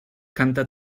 canta